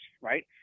right